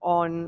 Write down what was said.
on